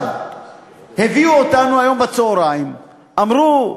הביאו אותנו היום בצהריים, אמרו: